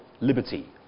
liberty